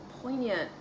poignant